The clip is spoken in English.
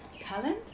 talent